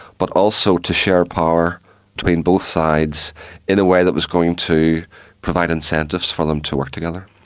but also to share power between both sides in a way that was going to provide incentives for them to work together.